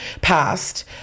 passed